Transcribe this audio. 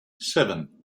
seven